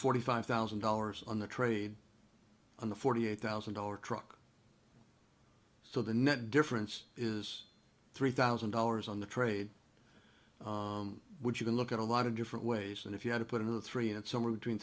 forty five thousand dollars on the trade on the forty eight thousand dollar truck so the net difference is three thousand dollars on the trade would you can look at a lot of different ways and if you had to put in the three and somewhere between